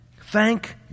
Thank